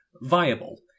viable